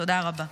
תודה רבה.